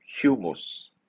humus